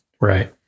Right